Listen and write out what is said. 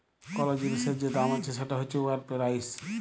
call জিলিসের যে দাম আছে সেট হছে উয়ার পেরাইস